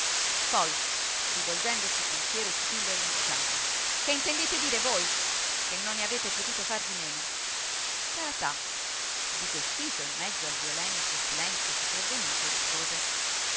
poi rivolgendosi con fiero cipiglio all'imputato che intendete dire voi che non ne avete potuto far di meno tararà sbigottito in mezzo al violento silenzio sopravvenuto rispose